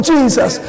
Jesus